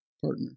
partner